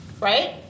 right